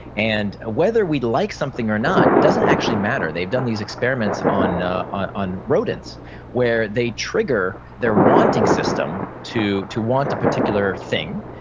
and whether we like something or not, doesn't actually matter. they've done these experiments on ah on rodents where they trigger their wanting system to to want a particular thing.